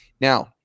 Now